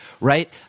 right